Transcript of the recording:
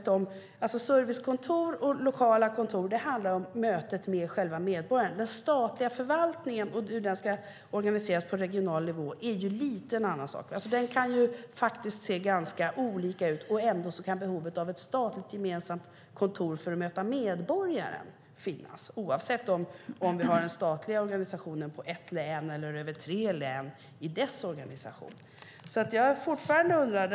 Servicekontor och lokala kontor handlar om mötet med själva medborgarna. Den statliga förvaltningen och hur den ska organiseras på regional nivå är en lite annan sak. Den kan se ganska olika ut, och ändå kan behovet av ett statligt gemensamt kontor för att möta medborgare finnas, oavsett om vi har en statlig organisation i ett län eller över tre län. Jag är fortfarande undrande.